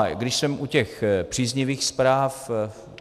A když jsem u těch příznivých zpráv,